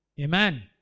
Amen